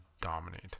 dominate